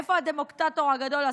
איפה הדמוקטטור הגדול,